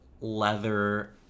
leather